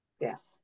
yes